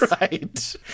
Right